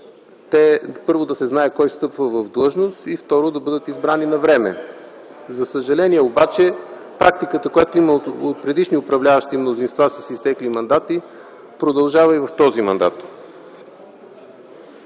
първо, да се знае кой встъпва в длъжност и, второ, да бъдат избрани навреме. За съжаление обаче, практиката, която има от предишни управляващи мнозинства, с изтекли мандати продължава и в този мандат.